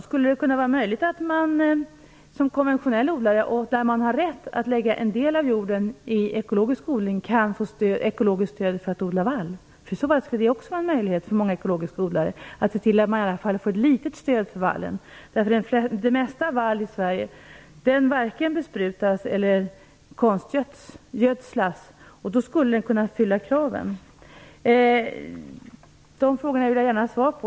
Skulle det vara möjligt för en konventionell odlare, med rätt att lägga en del av jorden i ekologisk odling, att få ekonomiskt stöd för att odla vall? I så fall skulle det vara en möjlighet för många ekologiska odlare att se till att i alla fall få ett litet stöd för vallen. Den mesta vallen i Sverige varken besprutas eller konstgödslas. Därför skulle den kunna uppfylla kraven. De här frågorna vill jag gärna ha svar på.